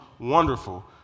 Wonderful